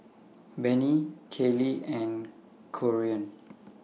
Bennie Kylee and Corean